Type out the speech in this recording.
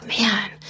Man